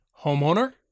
homeowner